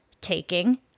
Taking